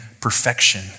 perfection